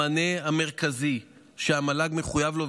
המענה המרכזי שהמל"ג מחויב לו,